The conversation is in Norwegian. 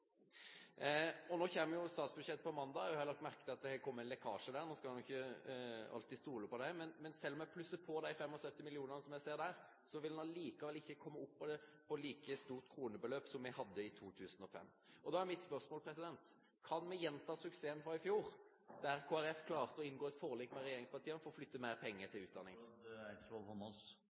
Nå kommer jo statsbudsjettet på mandag. Jeg har lagt merke til at det har kommet lekkasjer der. Nå skal en jo ikke alltid stole på dem, men selv om en plusser på de 75 mill. kr som jeg ser der, vil en likevel ikke komme opp på et like stort kronebeløp som vi hadde i 2005. Da er mitt spørsmål: Kan vi gjenta suksessen fra i fjor, der Kristelig Folkeparti klarte å inngå et forlik med regjeringspartiene for å flytte mer penger til utdanning?